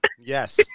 Yes